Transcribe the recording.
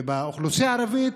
ובאוכלוסייה הערבית,